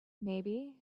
maybe